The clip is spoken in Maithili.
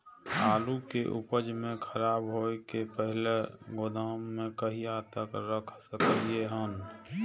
आलु के उपज के खराब होय से पहिले गोदाम में कहिया तक रख सकलिये हन?